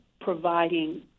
providing